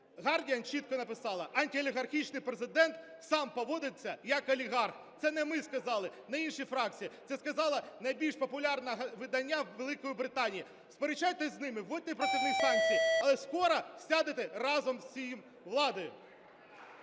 Guardian чітко написали: антиолігархічний президент сам поводиться як олігарх. Це не ми сказали, не інші фракції – це сказала найбільш популярне видання Великої Британії. Сперечайтесь з ними, вводьте проти них санкції, але скоро сядете разом всією владою.